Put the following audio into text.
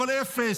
אבל אפס,